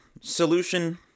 solution